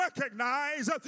recognize